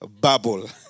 bubble